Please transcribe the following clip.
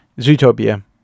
Zootopia